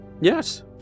Yes